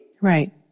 right